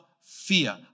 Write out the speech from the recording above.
fear